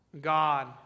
God